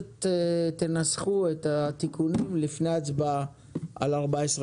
תנסחו את התיקונים לפני ההצבעה על סעיף